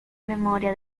memoria